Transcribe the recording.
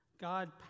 God